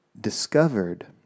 discovered